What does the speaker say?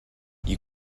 you